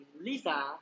Lisa